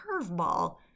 curveball